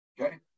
Okay